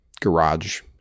garage